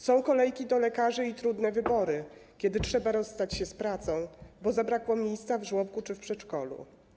Są kolejki do lekarzy i trudne wybory, kiedy trzeba rozstać się z pracą, bo zabrakło miejsca w żłobku czy przedszkolu.